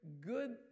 good